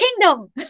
kingdom